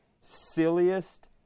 silliest